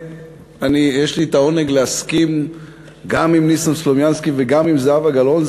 יש לי העונג להסכים גם עם ניסן סלומינסקי וגם עם זהבה גלאון.